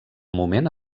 moment